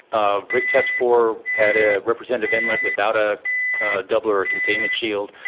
rig test four had a representative inlet without a doubler or containment shield,